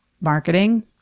marketing